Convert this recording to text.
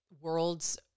worlds